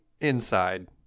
inside